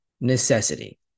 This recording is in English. necessity